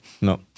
No